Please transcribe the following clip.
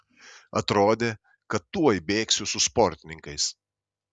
atrodė kad tuoj bėgsiu su sportininkais